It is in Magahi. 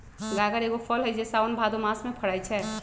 गागर एगो फल हइ जे साओन भादो मास में फरै छै